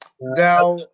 Now